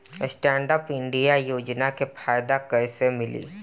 Stand up India योजना के फायदा कैसे मिली?